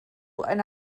eine